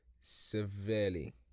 severely